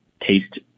taste